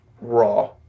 raw